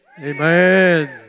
amen